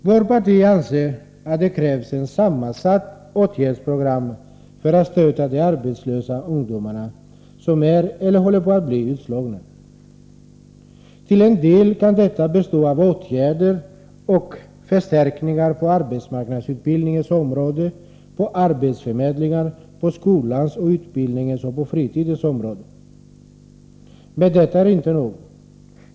Vårt parti anser att det krävs ett sammansatt åtgärdsprogram för att stötta de arbetslösa invandrarungdomar som är, eller håller på att bli, utslagna. Till en del kan detta bestå av åtgärder och förstärkningar på arbetsmarknadsutbildningens område, på arbetsförmedlingar, på skolans och utbildningens och på fritidens områden. Men detta är inte nog.